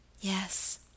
Yes